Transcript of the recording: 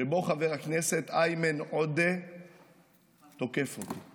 שבו חבר הכנסת איימן עודה תוקף אותי.